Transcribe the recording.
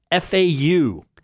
FAU